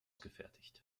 gefertigt